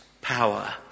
power